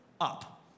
up